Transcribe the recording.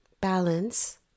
balance